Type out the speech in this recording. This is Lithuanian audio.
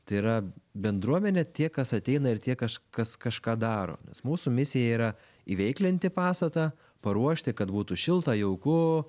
tai yra bendruomenę tie kas ateina ir tie kažkas kažką daro nes mūsų misija yra įveiklinti pastatą paruošti kad būtų šilta jauku